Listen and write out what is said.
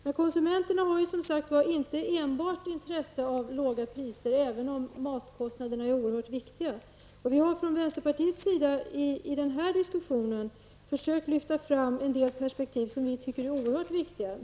Men konsumenterna har, som sagt, inte enbart intresse av låga matpriser, även om matkostnaderna utgör en oerhört viktig del av hushållskostnaderna. Vi har från vänsterpartiets sida i denna diskussion försökt lyfta fram en del perspektiv, som vi tycker är mycket väsentliga.